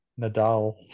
Nadal